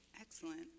Excellent